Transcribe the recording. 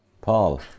Paul